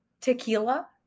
tequila